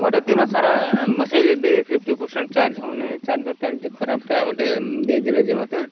ଗୋଟେ ଦିନସାରା ବସାଇଲେ ବି ଫିପ୍ଟି ପରସେଣ୍ଟ ଚାର୍ଜ ହଉନି ଚାର୍ଜର୍ଟି ଖରାପଟା ଗୋଟେ ଦେଇ ଦେଲେ ଯେ ମୋତେ